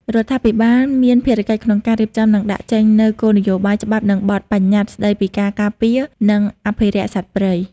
រដ្ឋាភិបាលមានភារកិច្ចក្នុងការរៀបចំ និងដាក់ចេញនូវគោលនយោបាយ ច្បាប់ និងបទប្បញ្ញត្តិស្តីពីការការពារ និងអភិរក្សសត្វព្រៃ។